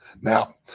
now